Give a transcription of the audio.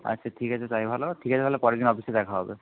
আচ্ছা ঠিক আছে তাই ভালো ঠিক আছে তাহলে পরের দিন অফিসে দেখা হবে